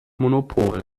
monopol